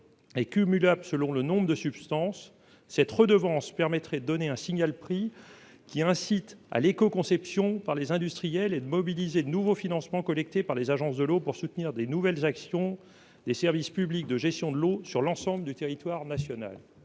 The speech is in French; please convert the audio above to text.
et cumulable selon le nombre de substances cette redevance permettrait, donner un signal prix qui incite à l'éco-conception par les industriels et de mobiliser de nouveaux financements collecté par les agences de l'eau pour soutenir des nouvelles actions des services publics, de gestion de l'eau sur l'ensemble du territoire national,